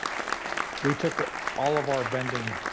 we took all of our bending,